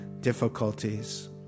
difficulties